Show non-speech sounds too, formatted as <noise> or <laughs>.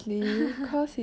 <laughs>